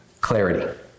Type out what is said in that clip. clarity